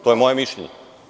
To je moje mišljenje.